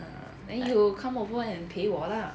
ah then you come over and 陪我 lah